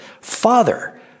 Father